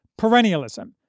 perennialism